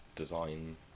design